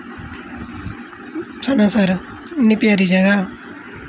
सनासर इन्नी प्यारी जगह्